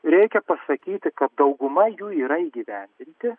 reikia pasakyti kad dauguma jų yra įgyvendinti